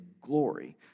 glory